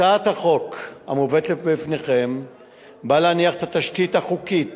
הצעת החוק המובאת בפניכם באה להניח את התשתית החוקית